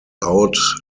out